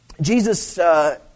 Jesus